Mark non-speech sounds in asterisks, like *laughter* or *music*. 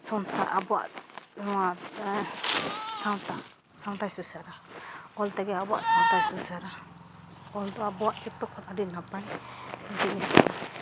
*unintelligible* ᱟᱵᱚᱣᱟᱜ ᱱᱚᱣᱟ ᱥᱟᱶᱛᱟ ᱥᱟᱶᱛᱟᱭ ᱥᱩᱥᱟᱹᱨᱟ ᱚᱞ ᱛᱮᱜᱮ ᱟᱵᱚᱣᱟᱜ ᱥᱟᱶᱛᱟᱭ ᱥᱩᱥᱟᱹᱨᱟ ᱟᱞ ᱫᱚ ᱟᱵᱚᱣᱟᱜ ᱡᱚᱛᱚ ᱠᱷᱚᱱ ᱟᱹᱰᱤ ᱱᱟᱯᱟᱭ ᱡᱤᱱᱤᱥ ᱠᱟᱱᱟ